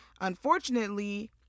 Unfortunately